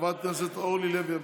חברת הכנסת אורלי לוי אבקסיס,